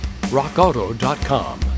RockAuto.com